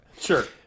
Sure